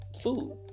food